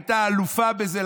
הייתה אלופה בזה,